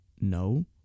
No